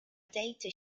data